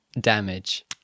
damage